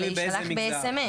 אלא יישלח ב-S.M.S.